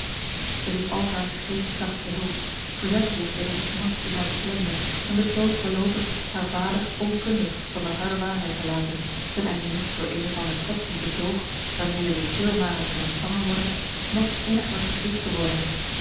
zij riep al hare geestkracht te hulp verzette zich tegen de smart die haar beklemde en besloot voorloopig haren vader onkundig van de harde waarheid te laten ten einde niet door een of ander kwetsend betoog waarmede de treurmare kon ontvangen worden nog inniger gegriefd te worden